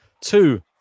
two